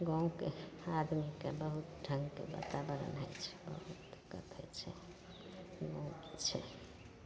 गामके आदमीके बहुत ढङ्गके दिक्कत होइ छै ई बात छै